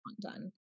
done